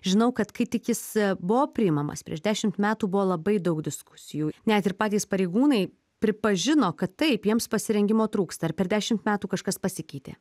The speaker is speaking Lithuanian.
žinau kad kai tik jis buvo priimamas prieš dešimt metų buvo labai daug diskusijų net ir patys pareigūnai pripažino kad taip jiems pasirengimo trūksta ar per dešimt metų kažkas pasikeitė